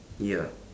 ya